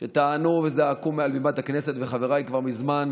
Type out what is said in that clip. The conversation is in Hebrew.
שטענו וזעקו מעל בימת הכנסת, וחבריי כבר מזמן